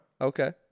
Okay